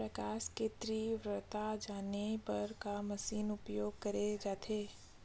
प्रकाश कि तीव्रता जाने बर का मशीन उपयोग करे जाथे?